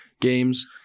games